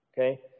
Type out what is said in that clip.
Okay